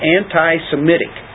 anti-Semitic